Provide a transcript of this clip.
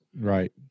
Right